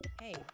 hey